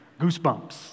Goosebumps